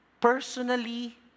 personally